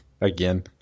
again